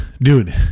dude